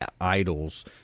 idols